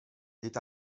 est